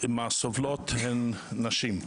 מהסובלות הן נשים.